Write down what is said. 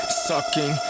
sucking